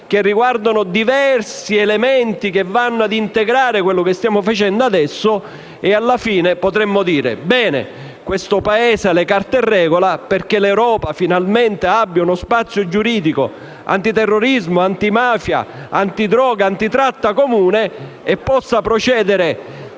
che riguardano diversi elementi che vanno ad integrare quello che stiamo facendo adesso. Alla fine, potremo dire che questo Paese ha le carte in regola perché l'Europa abbia finalmente uno spazio giuridico antiterrorismo, antimafia, antidroga e antitratta comune e può procedere,